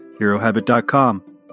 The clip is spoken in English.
HeroHabit.com